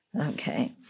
Okay